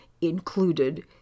included